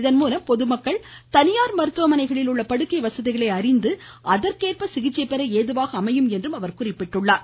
இதன்மூலம் பொதுமக்கள் தனியார் மருத்துவமனைகளில் உள்ள படுக்கை வசதிகளை அறிந்து அதற்கேற்ப சிகிச்சை பெற ஏதுவாக இருக்கும் என்றார்